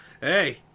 hey